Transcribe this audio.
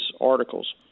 articles